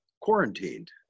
quarantined